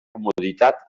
comoditat